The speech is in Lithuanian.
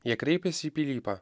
jie kreipėsi į pilypą